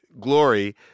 glory